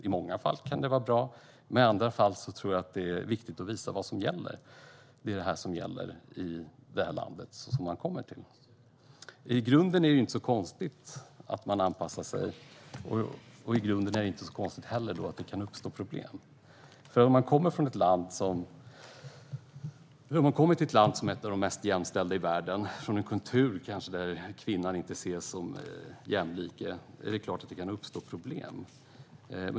I många fall kan det vara bra, men i andra fall kan det vara viktigt att visa vad som gäller i det land som man har kommit till. I grunden är det inte så konstigt att man anpassar sig. Det är inte heller konstigt att det kan uppstå problem. Om man kommer till ett land som är ett av de mest jämställda länderna i världen från en kultur där kvinnan kanske inte ses som en jämlike är det klart att det kan uppstå problem.